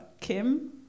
Kim